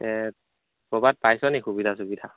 এ ক'ৰবাত পাইছনি সুবিধা চুবিধা